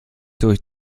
durch